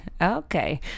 okay